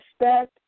respect